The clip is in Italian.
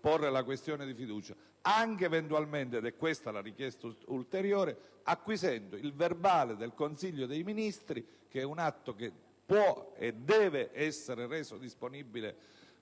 porre la questione di fiducia, anche eventualmente - è questa la richiesta ulteriore - acquisendo il verbale del Consiglio dei ministri. Si tratta di un atto che può e deve essere reso disponibile